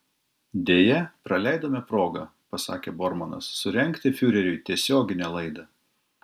deja praleidome progą pasakė bormanas surengti fiureriui tiesioginę laidą